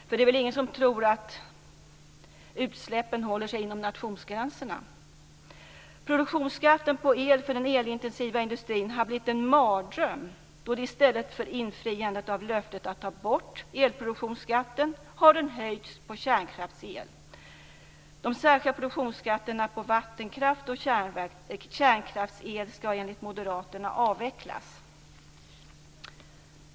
För det är väl ingen som tror att utsläppen håller sig inom nationsgränserna? Produktionsskatten på el för den elintensiva industrin har blivit en mardröm, då det i stället för infriandet av löftet att ta bort elproduktionsskatten har blivit en höjning av skatten på kärnkraftsel. De särskilda produktionsskatterna på vattenkraft och kärnkraftsel ska enligt Moderaterna avvecklas.